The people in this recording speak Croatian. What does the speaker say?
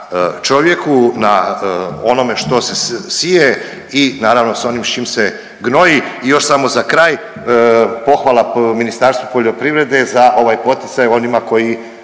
na čovjeku, na onome što se sije i naravno s onom s čim se gnoji. I još samo za kraj, pohvala Ministarstvu poljoprivrede za ovaj poticaj onima koji